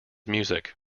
music